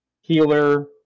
healer